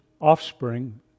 offspring